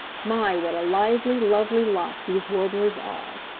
my, what a lively, lovely lot these warblers are!